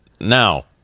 now